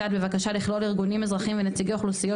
ותקצוב בבקשה לכלול ארגונים אזרחיים ונציגי אוכלוסיות